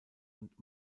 und